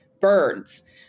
birds